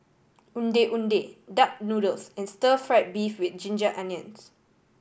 Ondeh Ondeh duck noodles and stir fried beef with ginger onions